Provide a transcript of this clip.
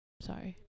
Sorry